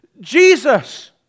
Jesus